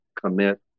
commit